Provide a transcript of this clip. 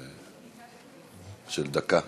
של דקה,